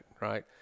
Right